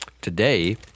today